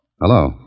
Hello